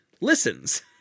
listens